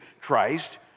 Christ